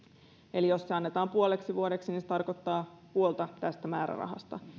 eli jos se annetaan puoleksi vuodeksi niin se tarkoittaa puolta tästä määrärahasta